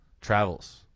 travels